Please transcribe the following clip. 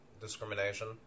discrimination